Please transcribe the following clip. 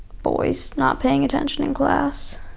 boys not paying attention in class.